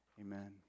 Amen